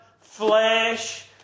flesh